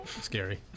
scary